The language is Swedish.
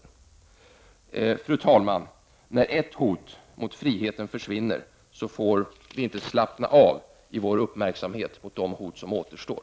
Fru talman! När ett hot mot friheten försvinner får vi inte slappna av i vår uppmärksamhet mot de hot som återstår.